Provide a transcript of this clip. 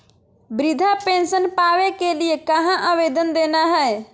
वृद्धा पेंसन पावे के लिए कहा आवेदन देना है?